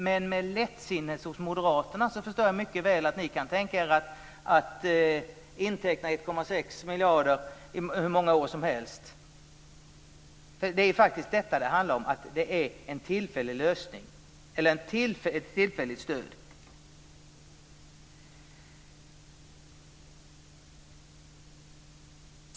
Men med moderaternas lättsinne förstår jag mycket väl att ni kan tänka er att inteckna 1,6 miljarder hur många år som helst. Det handlar om ett tillfälligt stöd.